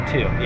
Two